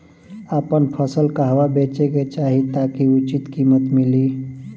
आपन फसल कहवा बेंचे के चाहीं ताकि उचित कीमत मिली?